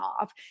off